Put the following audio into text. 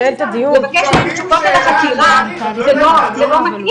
לבקש ממישהו את אופן החקירה זה לא מתאים,